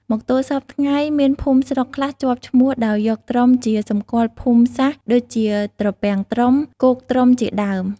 មកទល់សព្វថ្ងៃមានភូមិស្រុកខ្លះជាប់ឈ្មោះ ដោយយកត្រុំជាសម្គាល់ភូមិសាស្ត្រដូចជា ត្រពាំងត្រុំ គោកត្រុំជាដើម។